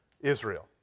Israel